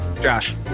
josh